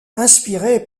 inspirées